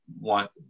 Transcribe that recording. want